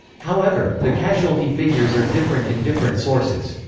however, the casualty figures are different in different sources.